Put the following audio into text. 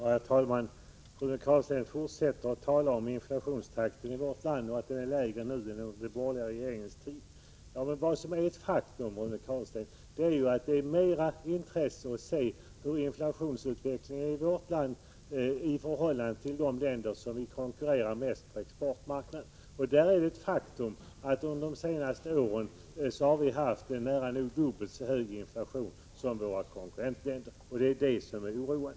Herr talman! Rune Carlstein fortsätter att tala om inflationstakten i vårt land och menar att den nu är lägre än under den borgerliga regeringstiden. Men det är av större intresse, Rune Carlstein, att se hur inflationsutvecklingen varit i vårt land i förhållande till de länder vi konkurrerar med på exportmarknaden. Och det är ett faktum att under de senaste åren har vi haft en nära nog dubbelt så hög inflation som våra konkurrentländer. Det är detta som oroar.